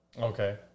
Okay